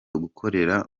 gukorera